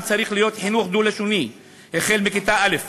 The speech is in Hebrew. צריך להיות חינוך דו-לשוני החל מכיתה א',